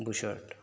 bush shirt